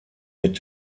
mit